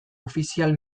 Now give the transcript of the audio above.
ofizial